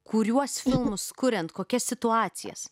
kuriuos filmus kuriant kokias situacijas